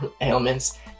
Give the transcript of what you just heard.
ailments